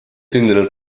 sündinud